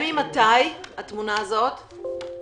ממתי התמונה הזאת?